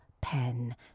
pen